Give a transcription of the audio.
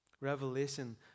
Revelation